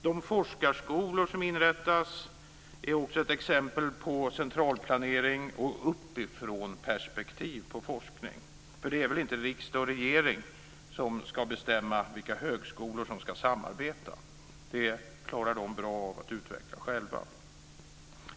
De forskarskolor som inrättas är också ett exempel på centralplanering och uppifrånperspektiv på forskning. Det är väl inte riksdag och regering som ska bestämma vilka högskolor som ska samarbeta. Det klarar de bra att utveckla själva.